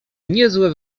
niezłe